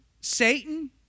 Satan